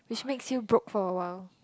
which makes you broke for a while